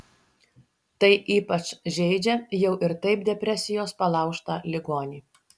tai ypač žeidžia jau ir taip depresijos palaužtą ligonį